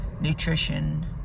nutrition